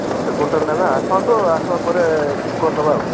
ଗୋଟେ କୁଇଣ୍ଟାଲ୍ ନେବେ ଆସନ୍ତୁ ଆସିବା ପରେ ଠିକ୍ କରି ଦେବା ଆଉ